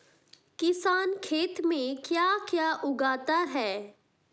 किसान खेत में क्या क्या उगाता है?